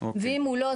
ואם הוא לא,